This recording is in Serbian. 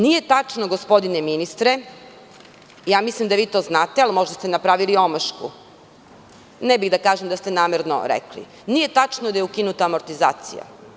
Nije tačno, gospodine ministre, mislim da vi to znate, ali možda ste napravili omašku, ne bih da kažem da ste namerno rekli, da je ukinuta amortizacija.